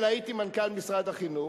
הייתי מנכ"ל משרד החינוך.